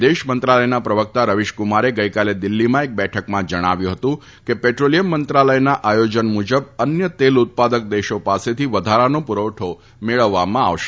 વિદેશ મંત્રાલયના પ્રવક્તા રવિશકુમારે ગઈકાલે દિલ્ફીમાં એક બેઠકમાં જણાવ્યું ફતું કે પેટ્્લીયમ મંત્રાલયના આયોજન મુજબ અન્ય તેલ ઉત્પાદક દેશો પાસેથી વધારાનો પુરવઠો મેળવવામાં આવશે